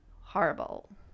horrible